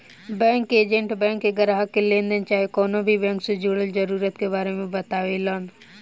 bank के agent bank के ग्राहक के लेनदेन चाहे कवनो भी बैंक से जुड़ल जरूरत के बारे मे बतावेलन